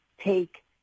take